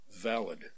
valid